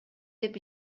деп